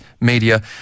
media